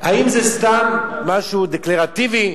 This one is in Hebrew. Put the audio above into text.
האם זה סתם משהו דקלרטיבי,